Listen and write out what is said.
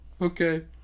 Okay